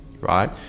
right